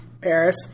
paris